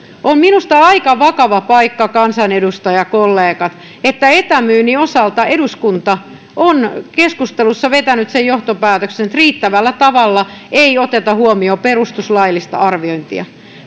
on minusta aika vakava paikka kansanedustajakollegat että etämyynnin osalta eduskunta on keskustelussa vetänyt sen johtopäätöksen että riittävällä tavalla ei oteta huomioon perustuslaillista arviointia